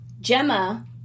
Gemma